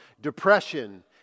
depression